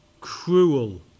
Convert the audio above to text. cruel